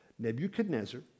Nebuchadnezzar